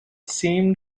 seemed